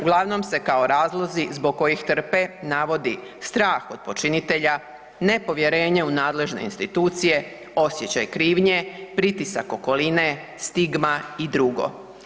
Uglavnom se kao razlozi zbog kojih trpe navodi strah od počinitelja, nepovjerenje u nadležne institucije, osjećaj krivnje, pritisak okoline, stigma i drugo.